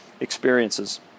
experiences